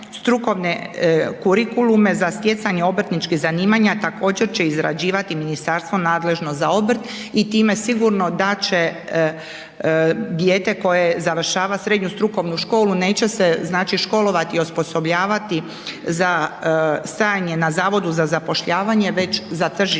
strukovne kurikulume za stjecanje obrtničkih zanimanja također će izrađivati ministarstva nadležno za obrt i time sigurno da će dijete koje završava srednju strukovnu školu, neće se školovati i osposobljavati za stajanje za Zavodu za zapošljavanje već za tržište